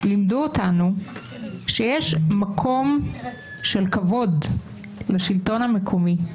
לימדו אותנו שיש מקום של כבוד לשלטון המקומי,